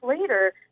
later